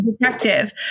detective